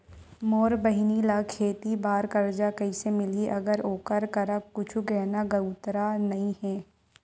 मोर बहिनी ला खेती बार कर्जा कइसे मिलहि, अगर ओकर करा कुछु गहना गउतरा नइ हे?